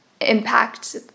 impact